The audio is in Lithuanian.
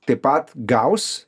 taip pat gaus